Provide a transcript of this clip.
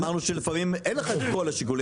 אמרנו שלפעמים אין לך את כל השיקולים,